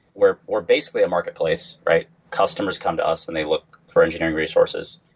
we're we're basically a marketplace, right? customers come to us and they look for engineering resources,